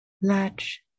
latch